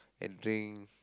and drink